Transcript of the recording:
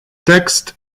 text